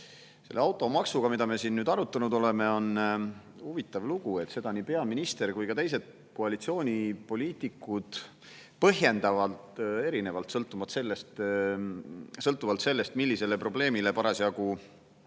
Selle automaksuga, mida me siin nüüd arutanud oleme, on huvitav lugu. Seda nii peaminister kui ka teised koalitsioonipoliitikud põhjendavad erinevalt, sõltuvalt sellest, millisele probleemile parasjagu